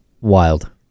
Wild